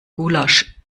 gulasch